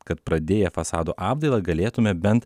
kad pradėję fasado apdailą galėtume bent